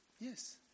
yes